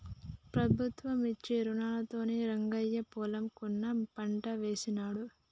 ప్రభుత్వం ఇచ్చే రుణాలతోనే రంగయ్య పొలం కొని పంట వేశిండు